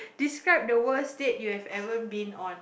describe the worst state you have ever been on